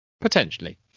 potentially